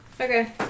Okay